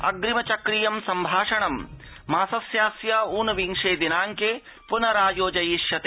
अप्रिमचक्रीयं सम्भाषणं मासस्यास्य उनविंशे दिनांके पुनरायोजयिष्यते